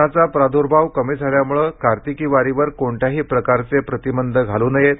कोरोनाचा प्रादर्भाव कमी झाल्याम्ळे कार्तिकी वारीवर कोणत्याही प्रकारचे प्रतिबंध घालू नयेत